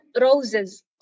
roses